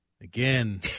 Again